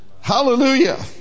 Hallelujah